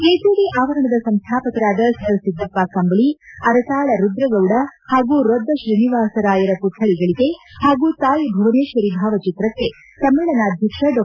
KCD ಆವರಣದ ಸಂಸ್ಥಾಪಕರಾದ sir Siddappa Kambali Aratal Rudragowda ಹಾಗೂ ರೊದ್ದ ಶ್ರೀನಿವಾಸ ರಾಯರ ಪುಕ್ಕಳಿಗಳಿಗೆ ಹಾಗೂ ತಾಯಿ ಭುವನೇಶ್ವರಿ ಭಾವಚಿತ್ರಕ್ಕೆ ಸಮ್ಮೇಳನಾಧ್ಯಕ್ಷ ಡಾ